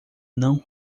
não